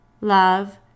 Love